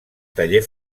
taller